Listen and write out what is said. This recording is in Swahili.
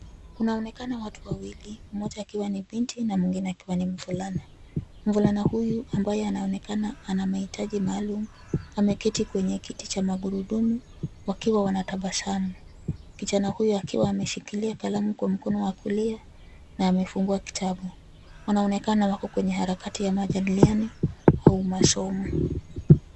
Kunaonekana watu wawili, mmoja akiwa ni binti na mwingine akiwa ni mvulana, mvulana huyu ambaye anaonekana ana mahitaji maalum, ameketi kwenye kiti cha magurudumu, wakiwa wanatabasamu, kijana huyo akiwa ameshikilia kalamu kwa mkono wa kulia, na amefungua kitabu, anaonekana wako kwenye harakati ya majadiliano, au masomo.